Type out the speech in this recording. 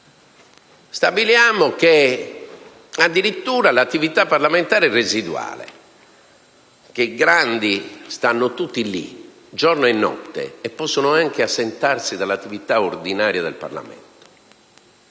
stabiliamo addirittura che l'attività parlamentare è residuale e che i grandi stanno tutti lì, giorno e notte, e possono anche assentarsi dall'attività ordinaria del Parlamento,